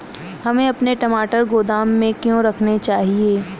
हमें अपने टमाटर गोदाम में क्यों रखने चाहिए?